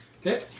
Okay